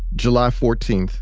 july fourteen,